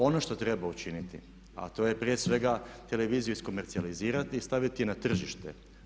Ono što treba učiniti a to je prije svega televiziju iskomercijalizirati i staviti je na tržište.